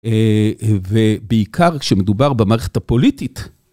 ובעיקר כשמדובר במערכת הפוליטית.